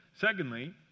Secondly